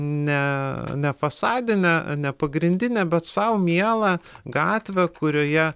ne nefasadinę nepagrindinę bet sau mielą gatvę kurioje